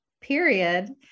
period